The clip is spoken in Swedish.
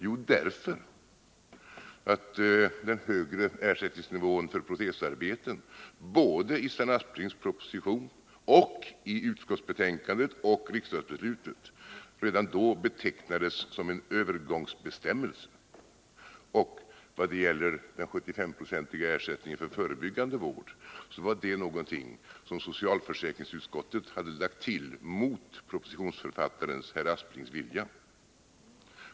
Jo, därför att redan då betecknades bestämmelsen om den högre ersättningsnivån för protesarbeten såväl i herr Asplings proposition som i utskottsbetänkandet och i riksdagsbeslutet som en övergångsbestämmelse. Och den 75-procentiga ersättningen för förebyggande vård var någonting som socialförsäkringsutskottet hade lagt till mot propositionsförfattarens. herr Asplings, vilja.